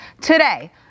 today